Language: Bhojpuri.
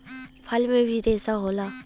फल में भी रेसा होला